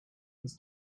his